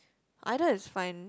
either is fine